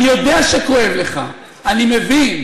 אני יודע שכואב לך, אני מבין.